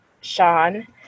sean